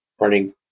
running